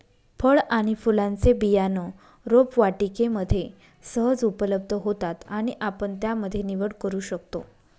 फळ आणि फुलांचे बियाणं रोपवाटिकेमध्ये सहज उपलब्ध होतात आणि आपण त्यामध्ये निवड करू शकतो